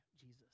Jesus